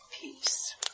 peace